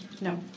No